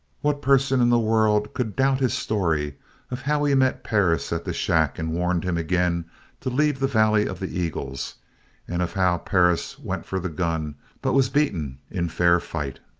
what person in the world could doubt his story of how he met perris at the shack and warned him again to leave the valley of the eagles and of how perris went for the gun but was beaten in fair fight?